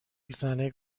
زنه